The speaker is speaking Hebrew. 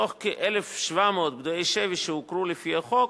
מתוך כ-1,700 פדויי שבי שהוכרו לפי החוק,